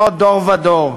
שנות דור ודור.